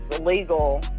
illegal